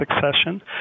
succession